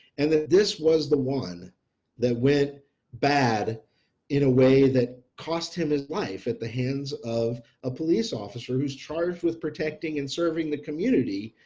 and that this was the one that went bad in a way that cost him his life at the hands of a police officer who's charged with protecting and serving the community,